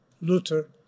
Luther